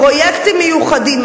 פרויקטים מיוחדים,